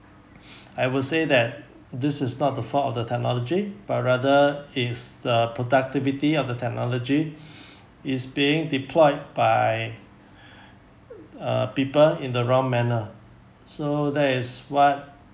I would say that this is not the fault of the technology but rather it's the productivity of the technology is being deployed by uh people in the wrong manner so that is what